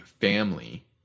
family